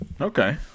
Okay